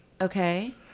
Okay